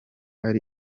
ari